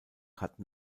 hatten